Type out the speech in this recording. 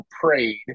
prayed